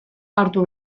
hartu